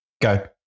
go